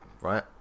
right